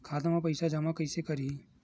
खाता म पईसा जमा कइसे करही?